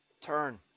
turn